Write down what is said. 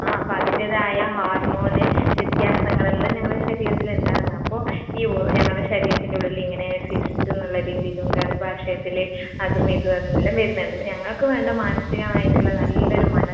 ആ അപ്പോൾ അതിൻറ്റേതായ ഹോർമോണ് വ്യത്യാസങ്ങളെല്ലാം ഞങ്ങളെ ശരീരത്തിൽ ഉണ്ടാവുന്നത് അപ്പോൾ ഈ ഞങ്ങളെ ശരീരത്തിൻ്റെ വെള്ളി ഇങ്ങനെ സിസ്റ്റെന്നുള്ള രീതിയിലും ഗർഭാശയത്തിൽ അതും ഇതും എല്ലാം വരുന്നണ്ട് ഞങ്ങൾക്ക് വേണ്ട മാനസികമായിട്ട് ഉള്ള നല്ല ഒരു മന